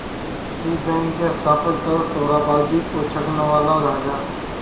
इ बैंक के स्थापक सर सोराबजी पोचखानावाला रहले